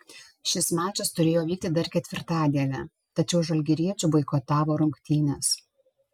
šis mačas turėjo vykti dar ketvirtadienį tačiau žalgiriečių boikotavo rungtynes